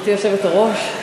גברתי היושבת-ראש,